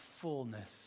fullness